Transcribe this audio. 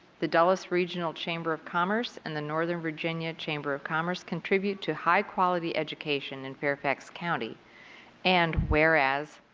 the dulles regional chamber of commerce, and the northern virginia chamber of commerce contribute to high quality education in fairfax county and whereas,